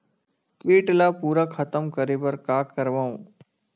कीट ला पूरा खतम करे बर का करवं?